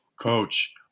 coach